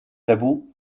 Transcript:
tabou